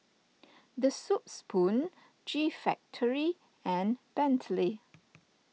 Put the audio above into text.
the Soup Spoon G Factory and Bentley